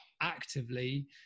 actively